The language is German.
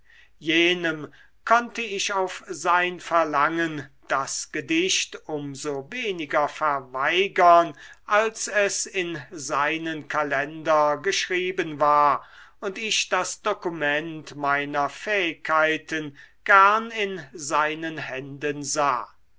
jenem konnte ich auf sein verlangen das gedicht um so weniger verweigern als es in seinen kalender geschrieben war und ich das dokument meiner fähigkeiten gern in seinen händen sah